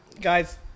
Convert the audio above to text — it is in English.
Guys